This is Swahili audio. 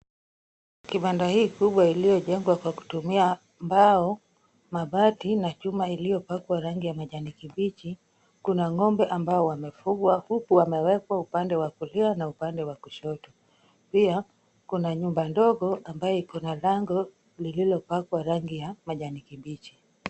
Kibanda hii kubwa iliyojengwa kwa kutumia mbao, mabati na chuma iliyopakwa rangi ya majani kibichi. Kuna ng'ombe ambao wamefugwa huku wamewekwa upande wa kulia na upande wa kushoto. Pia kuna nyumba ndogo ambayo iko na lango lililopakwa rangi ya majani kibichi.